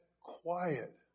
quiet